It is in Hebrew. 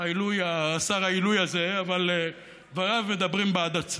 השר העילוי הזה, אבל דבריו מדברים בעד עצמו,